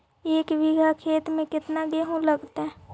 एक बिघा खेत में केतना गेहूं लगतै?